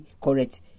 correct